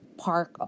Park